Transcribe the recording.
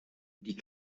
die